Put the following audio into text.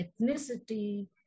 ethnicity